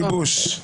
שיחות גיבוש.